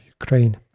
Ukraine